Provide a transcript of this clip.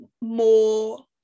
more